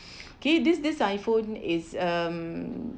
okay this this iPhone is um